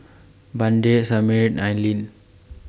Vander Samir Aileen